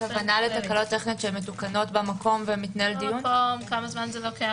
כמה זמן זה לוקח,